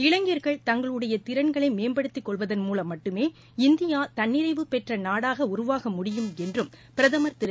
இளைஞர்கள் தங்களுடைய திறன்களை மேம்படுத்திக் கொள்வதன் மூலம் மட்டுமே இந்தியா தன்னிறைவு பெற்ற நாடாக உருவாக முடியும் என்றும் பிரதமர் திரு